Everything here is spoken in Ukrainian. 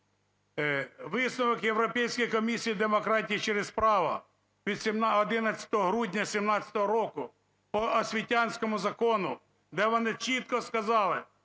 висновок Європейської комісії за демократію через право від 11 грудня 2017 року по освітянському закону, де вони чітко сказали,